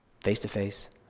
face-to-face